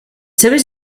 seves